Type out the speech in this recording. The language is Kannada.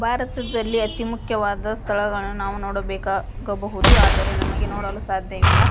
ಭಾರತದಲ್ಲಿ ಅತಿ ಮುಖ್ಯವಾದ ಸ್ಥಳಗಳನ್ನು ನಾವು ನೋಡಬೇಕಾಗಬಹುದು ಆದರೆ ನಮಗೆ ನೋಡಲು ಸಾಧ್ಯವಿಲ್ಲ